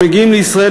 הם מגיעים לישראל,